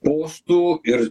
postų ir